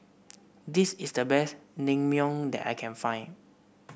this is the best Naengmyeon that I can find